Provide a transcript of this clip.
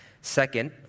Second